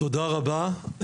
תודה רבה,